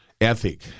ethic